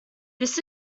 this